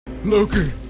Loki